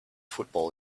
football